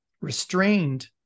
restrained